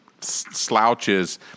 slouches